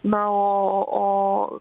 na o